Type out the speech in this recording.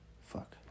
Fuck